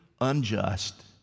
unjust